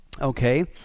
okay